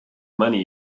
money